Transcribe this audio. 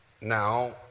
Now